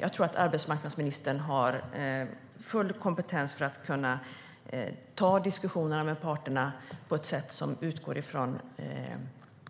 Jag tror att arbetsmarknadsministern har full kompetens för att kunna ta diskussionerna med parterna på ett sätt som utgår från